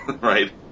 Right